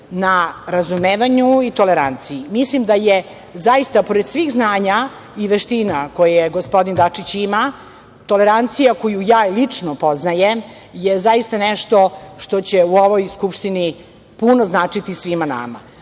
na razumevanju i toleranciji. Mislim da je zaista, pored svih znanja i veština koje gospodin Dačić ima, tolerancija, koju ja lično poznajem, zaista nešto što će u ovoj Skupštini puno značiti svima nama. Mi